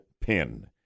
pin